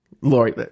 Lori